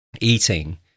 eating